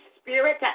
spirit